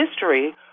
history